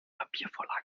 papiervorlage